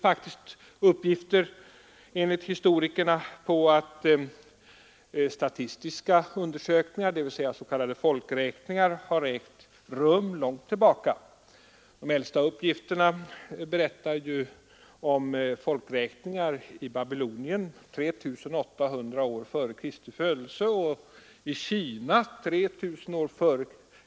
Enligt historikerna finns det uppgifter på att statistiska undersökningar, s.k. folkräkningar, har ägt rum långt tillbaka i tiden. De äldsta uppgifterna berättar ju om folkräkningar i Babylonien 3 800 år före Kristi födelse. I Kina har de förekommit 3 000 år f.